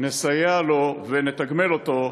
נסייע לו ונתגמל אותו,